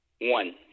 One